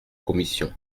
commission